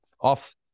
off